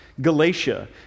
Galatia